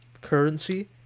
currency